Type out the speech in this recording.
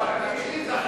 לא, אבל, זה אחרי